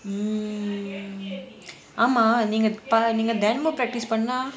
mm ஆமா நீங்க தினமும்:aamaa nenga thinamum practice பண்ண:panna